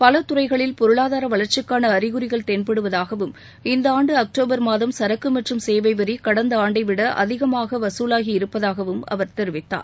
பல துறைகளில் பொருளாதார வளர்ச்சிக்கான அறிகுறிகள் தென்படுவதாகவும் இந்த ஆண்டு அக்டோபர் மாதம் சரக்கு மற்றம் சேவை வரி கடந்த ஆண்டைவிட அதிகமாக வசூலாகி இருப்பதாகவும் அவர் தெரிவித்தார்